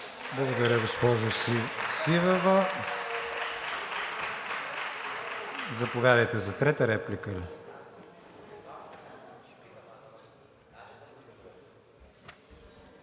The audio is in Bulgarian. Благодаря, госпожо Сивева. Заповядайте, за трета реплика